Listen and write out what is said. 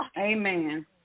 Amen